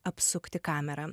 apsukti kamerą